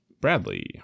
Bradley